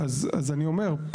אז אני אומר,